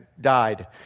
died